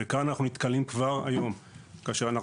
וכאן אנחנו נתקלים כבר היום כאשר אנחנו